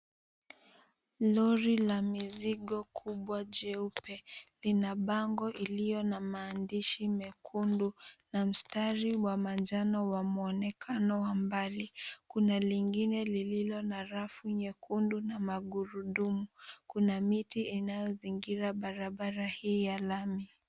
Lori la mizigo kubwa jeupe lina bango iliyo na maandishi mekundu na mstari wa manjano wa muonekano wa mbali. Kuna lingine lililo na rafu nyekundu na magurudumu. Kuna miti inayozingira barabara hii ya lami.